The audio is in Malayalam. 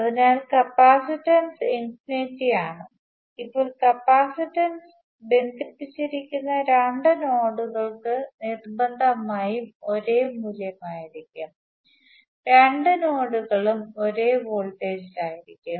അതിനാൽ കപ്പാസിറ്റൻസ് ഇൻഫിനിറ്റി ആണ് അപ്പോൾ കപ്പാസിറ്റൻസ് ബന്ധിപ്പിച്ചിരിക്കുന്ന രണ്ട് നോഡുകൾക്ക് നിർബന്ധിതമായും ഒരേ മൂല്യം ആയിരിക്കും രണ്ട് നോഡുകളും ഒരേ വോൾട്ടേജിലായിരിക്കും